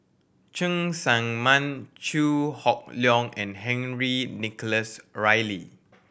Cheng Tsang Man Chew Hock Leong and Henry Nicholas Ridley